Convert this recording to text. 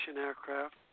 aircraft